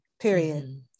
period